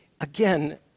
again